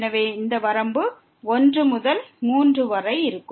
எனவே இந்த வரம்பு 1 முதல் 3 வரை இருக்கும்